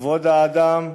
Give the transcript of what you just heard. כבוד האדם,